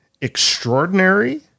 extraordinary